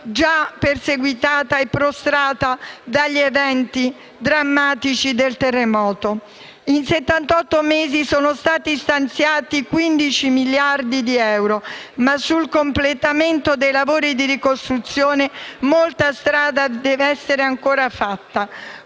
già perseguitata e prostrata dagli eventi drammatici del terremoto. In settantotto mesi sono stati stanziati quindici miliardi di euro, ma sul completamento dei lavori di ricostruzione molta strada deve essere ancora fatta.